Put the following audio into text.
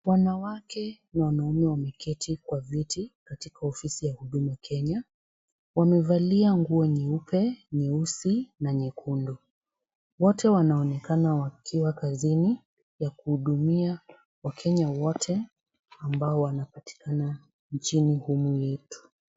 Wanawake na wanaume wameketi kwa viti katika ofisi za Huduma Kenya. Wamevalia nguo nyeupe, nyeusi na nyekundu. Wote wanaonekana wakiwa kazini, ya kuhudumia wakenya wote ambao wanapatikana nchini humu mwetu.